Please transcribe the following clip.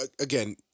again